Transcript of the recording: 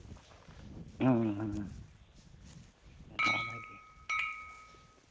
ᱦᱩᱸ ᱦᱩᱸ ᱵᱟᱲᱟᱭ ᱜᱮ